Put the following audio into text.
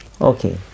okay